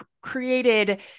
created